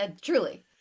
Truly